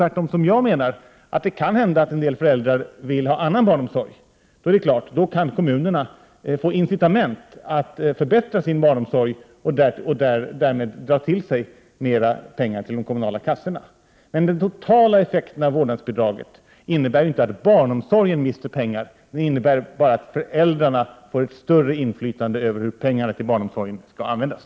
Om det, som jag menar, tvärtom är så att en del föräldrar vill ha en annan barnomsorg, är det klart att kommunerna kan få incitament att förbättra sin barnomsorg och därmed dra till sig mera pengar till de kommunala kassorna. Men den totala effekten av vårdnadsbidraget innebär ju inte att barnomsorgen mister pengar. Det innebär bara att föräldrarna får ett större inflytande över hur pengarna till barnomsorgen skall användas.